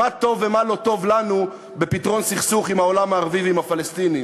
מה טוב ומה לא טוב לנו בפתרון הסכסוך עם העולם הערבי ועם הפלסטינים.